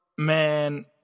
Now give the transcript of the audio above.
Man